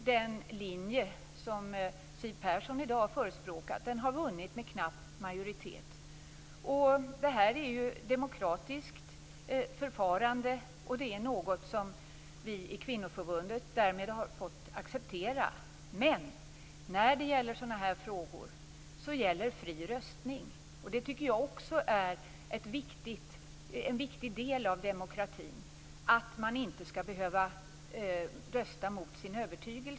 Den linje som Siw Persson i dag har förespråkat har vunnit med knapp majoritet. Detta är ett demokratiskt förfarande, och det är något som vi i kvinnoförbundet därmed har fått acceptera. Men när det gäller sådana här frågor gäller fri röstning. Att man inte skall behöva rösta emot sin övertygelse tycker jag är en viktig del av demokratin.